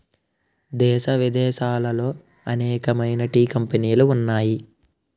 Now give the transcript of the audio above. దేశ విదేశాలలో అనేకమైన టీ కంపెనీలు ఉన్నాయి